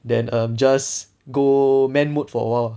then um just go man mood for awhile